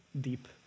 deep